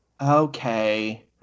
Okay